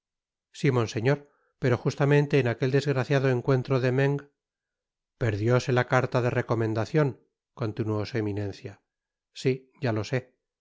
sí monseñor pero justamente en aquel desgraciado encuentro de meung perdióse la carta de recomendacion continuó su eminencia sí ya lo sé